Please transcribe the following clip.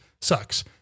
sucks